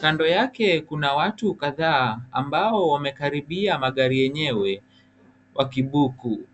Kando yake kuna watu kadhaa ambao wamekaribia magari yenyewe wakibuku.